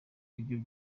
ibyo